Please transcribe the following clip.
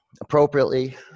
appropriately